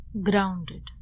grounded